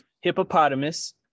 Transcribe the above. hippopotamus